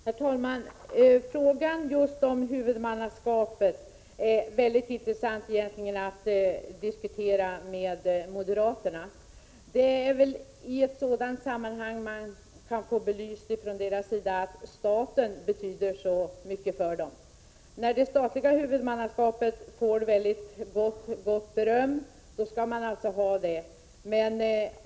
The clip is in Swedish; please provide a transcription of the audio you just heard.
Herr talman! Just frågan om huvudmannaskapet är verkligen intressant att diskutera med moderaterna. Det är väl i ett sådant sammanhang man kan få belyst från moderaternas sida hur mycket staten betyder. När det statliga huvudmannaskapet får gott beröm skall man ha det.